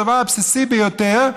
הדבר הבסיסי ביותר,